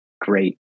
great